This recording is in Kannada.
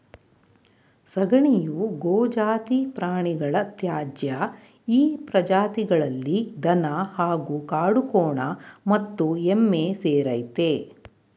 ಸಗಣಿಯು ಗೋಜಾತಿ ಪ್ರಾಣಿಗಳ ತ್ಯಾಜ್ಯ ಈ ಪ್ರಜಾತಿಗಳಲ್ಲಿ ದನ ಹಾಗೂ ಕಾಡುಕೋಣ ಮತ್ತು ಎಮ್ಮೆ ಸೇರಯ್ತೆ